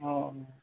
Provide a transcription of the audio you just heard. অঁ